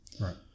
right